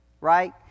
right